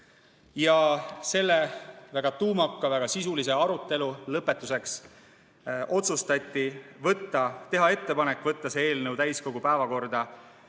väga tuumaka, väga sisulise arutelu lõpetuseks otsustati teha ettepanek võtta see eelnõu täiskogu päevakorda